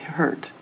hurt